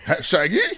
Shaggy